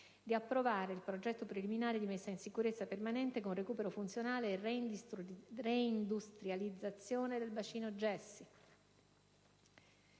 di approvare il progetto preliminare di messa in sicurezza permanente con recupero funzionale e reindustrializzazione del "bacino gessi";